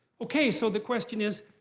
okay, so the question is,